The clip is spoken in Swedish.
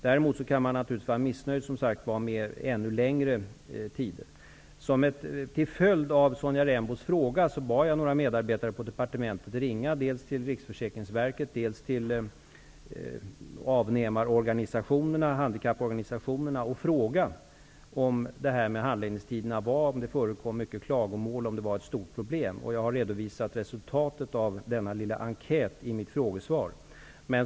Däremot kan man naturligtvis vara missnöjd med ännu längre tider. Till följd av Sonja Rembos fråga bad jag några medarbetare på departementet att ringa dels till Riksförsäkringsverket, dels till avnämarorganisationerna, handikapporganisationerna, och fråga om handläggningstiderna, om det förekom klagomål och om det var stora problem. Jag har redovisat resultatet av denna lilla enkät i mitt svar.